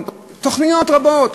תוכניות רבות.